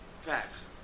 Facts